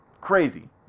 crazy